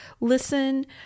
listen